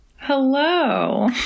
Hello